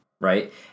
right